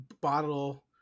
bottle